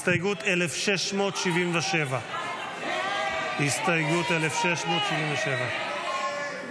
-- הסתייגות 1,677. הסתייגות 1677 לא